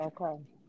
Okay